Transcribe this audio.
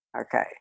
Okay